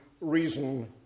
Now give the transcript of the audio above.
reason